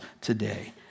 today